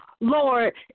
Lord